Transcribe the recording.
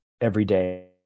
everyday